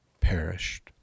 perished